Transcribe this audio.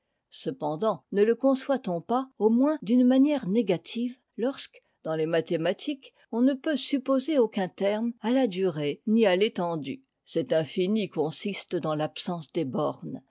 cependant ne le conçoit-on pas au moins d'une manière négative lorsque dans les mathématiques on ne peut supposer aucun terme à la durée ni à l'étendue cet infini consiste dans t'absence des bornes